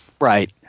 Right